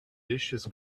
delicious